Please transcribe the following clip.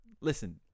listen